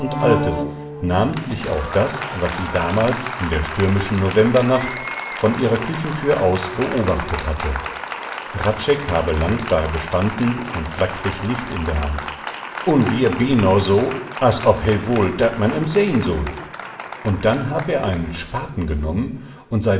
namentlich auch das was sie damals in der stürmischen november nacht von ihrer küchenthür aus beobachtet hatte hradscheck habe lang da gestanden ein flackrig licht in der hand un wihr binoah so as ob he wull dat man em seihn sull und dann hab er einen spaten genommen und